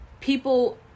people